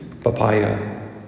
papaya